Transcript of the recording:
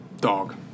dog